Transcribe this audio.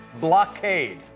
blockade